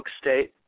State